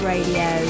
Radio